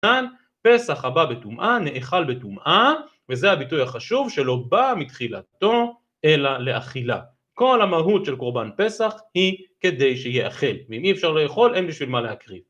פסח הבא בטומאה נאכל בטומאה וזה הביטוי החשוב "שלא בא מתחילתו אלא לאכילה". כל המהות של קורבן פסח היא כדי שיאכל. אם אי אפשר לאכול אין בשביל מה להקריב.